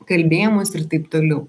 kalbėjimas ir taip toliau